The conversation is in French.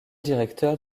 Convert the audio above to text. directeur